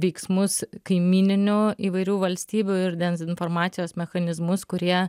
veiksmus kaimyninių įvairių valstybių ir dezinformacijos mechanizmus kurie